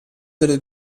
delle